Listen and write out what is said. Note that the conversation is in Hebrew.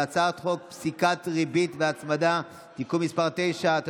על הצעת חוק פסיקת ריבית והצמדה (תיקון מס' 9),